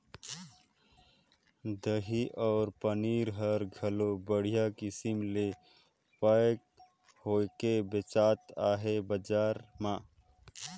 दही अउ पनीर हर घलो बड़िहा किसम ले पैक होयके बेचात हे बजार म